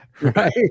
Right